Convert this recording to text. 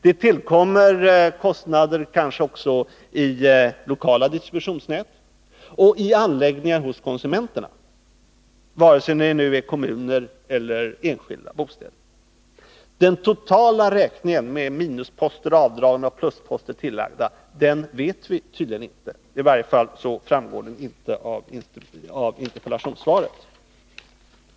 Det tillkommer kanske också kostnader för lokala distributionsnät och anläggningar hos konsumenterna, vare sig det gäller kommuner eller enskilda bostäder. Den totala räkningen, med minusposter avdragna och plusposter tillagda, känner vi tydligen inte. I varje fall framgår den inte av interpellationssvaret.